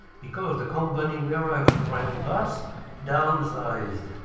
because the company where i was driving the bus downsized.